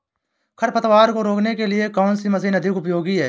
खरपतवार को रोकने के लिए कौन सी मशीन अधिक उपयोगी है?